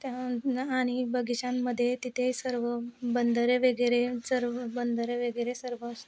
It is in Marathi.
त्या न आणि बगिचांमध्ये तिथे सर्व बंदरे वगैरे सर्व बंदरे वगैरे सर्व